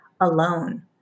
alone